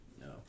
no